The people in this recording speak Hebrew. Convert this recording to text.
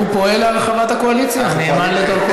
לאן מקומך שייך.